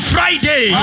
Friday